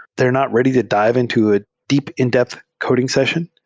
they're not ready to dive into a deep in-depth coding session.